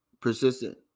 persistent